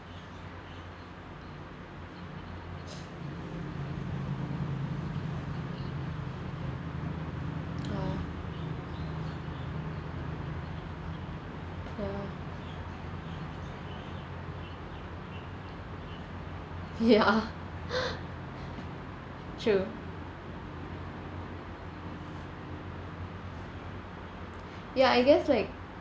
ah ya ya true ya I guess like